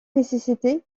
nécessité